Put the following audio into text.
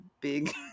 big